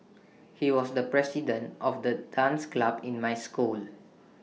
he was the president of the dance club in my school